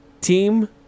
team